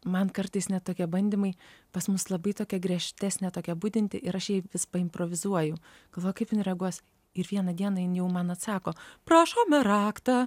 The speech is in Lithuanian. man kartais net tokie bandymai pas mus labai tokia griežtesnė tokia budinti ir aš jai vis paimprovizuoju galvoju kaip jinai reaguos ir vieną dieną jinai jau man atsako prašome raktą